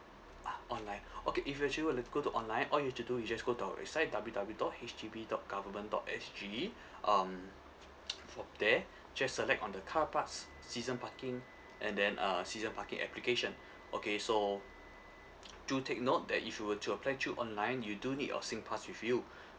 ah online okay if you actually were to go to online all you've to do is just go to our website W W dot H D B dot government dot S G um from there just select on the car parks season parking and then uh season parking application okay so do take note that if you were to apply through online you do need your SINGPASS with you